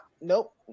nope